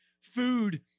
food